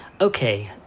Okay